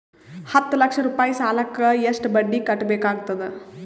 ಹತ್ತ ಲಕ್ಷ ರೂಪಾಯಿ ಸಾಲಕ್ಕ ಎಷ್ಟ ಬಡ್ಡಿ ಕಟ್ಟಬೇಕಾಗತದ?